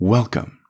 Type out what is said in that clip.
Welcome